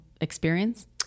experience